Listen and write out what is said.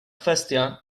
kwestia